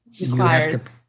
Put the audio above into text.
required